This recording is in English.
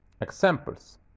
Examples